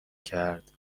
کرد